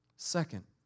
Second